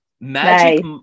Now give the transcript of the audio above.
Magic